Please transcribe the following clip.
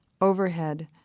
Overhead